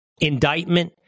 indictment